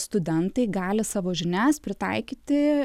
studentai gali savo žinias pritaikyti